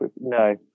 No